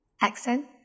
Accent